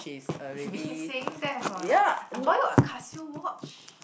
you've been saying that for like I bought you a Casio watch